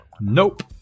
Nope